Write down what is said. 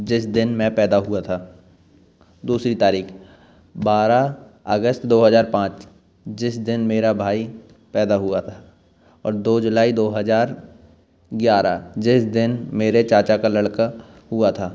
जिस दिन मैं पैदा हुआ था दूसरी तारीख बारह अगस्त दो हजार पाँच जिस दिन मेरा भाई पैदा हुआ था और दो जुलाई दो हजार ग्यारह जिस दिन मेरे चाचा का लड़का हुआ था